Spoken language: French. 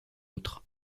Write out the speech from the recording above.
autre